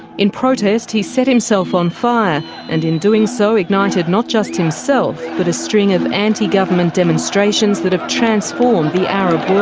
in protest, he set himself on fire and in doing so ignited not just himself, but a string of anti-government demonstrations that have transformed the arab ah